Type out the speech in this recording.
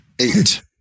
eight